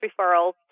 referrals